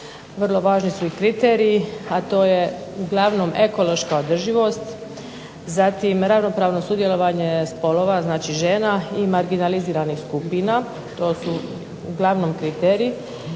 Vrlo važni su i kriteriji, a to je uglavnom ekološka održivost. Zatim ravnopravno sudjelovanje spolova, znači žena i marginaliziranih skupina. To su uglavnom kriteriji.